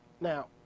Now